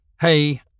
hey